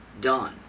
done